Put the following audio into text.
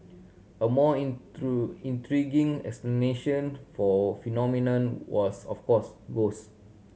a more intriguing explanation for phenomenon was of course